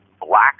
black